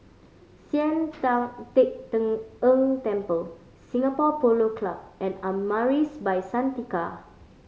Sian Tan Teck Tng Ng Temple Singapore Polo Club and Amaris By Santika